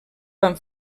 van